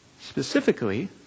Specifically